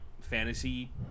fantasy